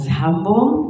humble